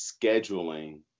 scheduling